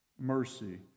mercy